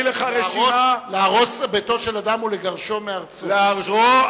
להרוס ביתו של אדם ולגרשו מארצו.